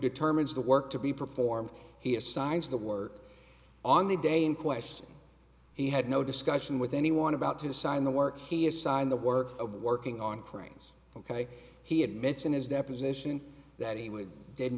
determines the work to be performed he assigns the work on the day in question he had no discussion with anyone about to sign the work he assigned the work of working on cranes ok he admits in his deposition that he would didn't